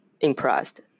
impressed